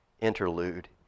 interlude